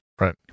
Right